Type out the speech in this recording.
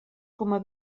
coma